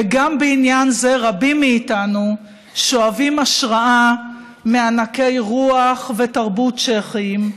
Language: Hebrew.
וגם בעניין זה רבים מאיתנו שואבים השראה מענקי רוח ותרבות צ'כים,